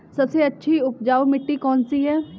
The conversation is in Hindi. सबसे अच्छी उपजाऊ मिट्टी कौन सी है?